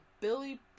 Billy